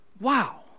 Wow